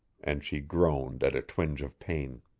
and she groaned at a twinge of pain.